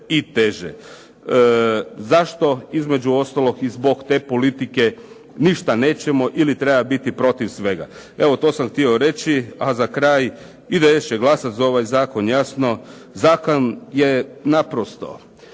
Zašto? Između ostalog i zbog te politike ništa nećemo ili treba biti protiv svega. Evo to sam htio reći, a za kraj IDS će glasati za ovaj zakon jasno, zakon je naprosto